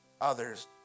others